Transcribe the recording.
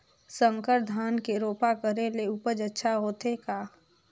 संकर धान के रोपा करे ले उपज अच्छा होथे का?